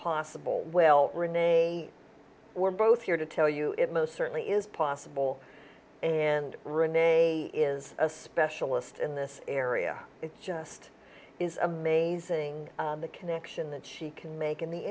possible well we're both here to tell you it most certainly is possible and rene is a specialist in this area it just is amazing the connection that she can make in the